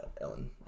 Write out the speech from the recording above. Ellen